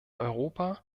europa